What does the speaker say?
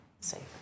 Safe